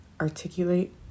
articulate